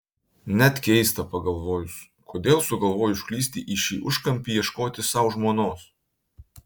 net keista pagalvojus kodėl sugalvojai užklysti į šį užkampį ieškoti sau žmonos